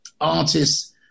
artists